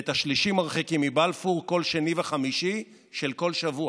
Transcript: ואת השלישי מרחיקים מבלפור כל שני וחמישי של כל שבוע.